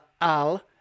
al